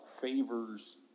favors